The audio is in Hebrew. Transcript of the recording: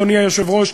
אדוני היושב-ראש,